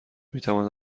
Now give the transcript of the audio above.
میتواند